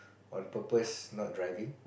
on purpose not driving